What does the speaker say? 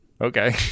Okay